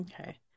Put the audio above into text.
Okay